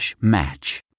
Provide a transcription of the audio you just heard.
match